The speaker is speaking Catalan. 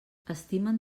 estimen